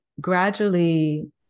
gradually